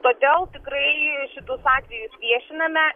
todėl tikrai šitus atvejus viešiname